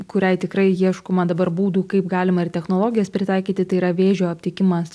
kuriai tikrai ieškoma dabar būdų kaip galima ir technologijas pritaikyti tai yra vėžio aptikimas